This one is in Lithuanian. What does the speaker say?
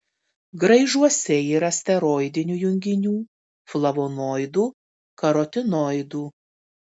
graižuose yra steroidinių junginių flavonoidų karotinoidų